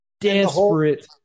desperate